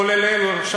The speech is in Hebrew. כולל עכשיו,